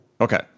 Okay